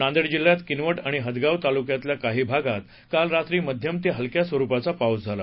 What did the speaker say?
नांदेड जिल्ह्यात किनवट आणि हदगाव तालुक्यातल्या काही भागांत काल रात्री मध्यम ते हलक्या स्वरुपाचा पाऊस झाला